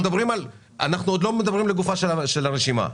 אנחנו לא מדברים לגופה של הרשימה.